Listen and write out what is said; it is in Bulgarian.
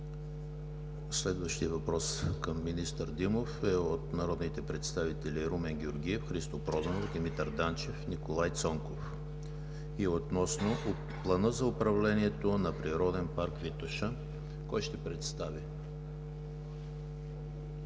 Следващият въпрос към министър Димов е от народните представители Румен Георгиев, Христо Проданов, Димитър Данчев, Николай Цонков и е относно Плана за управление на Природен парк „Витоша“. Заповядайте,